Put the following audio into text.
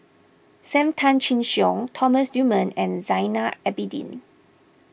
Sam Tan Chin Siong Thomas Dunman and Zainal Abidin